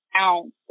ounce